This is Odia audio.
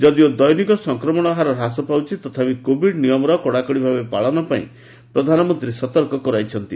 ଯଦିଓ ଦୈନିକ ସଂକ୍ରମିତ ହାର ହ୍ରାସ ପାଉଛି ତଥାପି କୋବିଡ୍ ନିୟମର କଡ଼ାକଡ଼ି ଭାବେ ପାଳନ ପାଇଁ ପ୍ରଧାନମନ୍ତ୍ରୀ ସତର୍କ କରାଇଛନ୍ତି